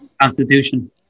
constitution